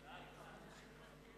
(תיקון מס' 12),